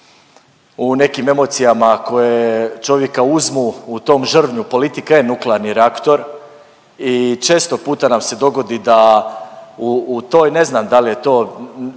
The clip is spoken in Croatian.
u nekim emocijama koje čovjeka uzmu u tom žrvnju, politika je nuklearni reaktor i često puta nam se dogodi da u toj, ne znam dal je to